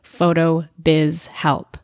PHOTOBIZHELP